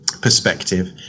perspective